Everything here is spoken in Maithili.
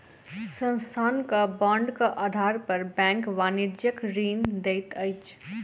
संस्थानक बांडक आधार पर बैंक वाणिज्यक ऋण दैत अछि